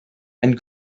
and